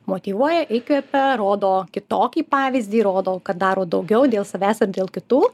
motyvuoja įkvepia rodo kitokį pavyzdį rodo kad daro daugiau dėl savęs ir dėl kitų